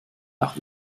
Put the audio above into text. nach